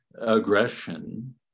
aggression